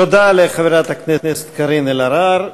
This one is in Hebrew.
תודה לחברת הכנסת קארין אלהרר.